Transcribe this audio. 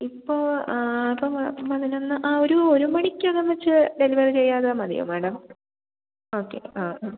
ഇപ്പോൾ ആ ഇപ്പം പതിനൊന്ന് ആ ഒരു ഒരു മണിക്കകം വെച്ച് ഡെലിവറി ചെയ്താൽ മതിയോ മാഡം ഓക്കെ ആ ആ